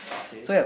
so ya